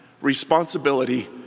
responsibility